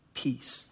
peace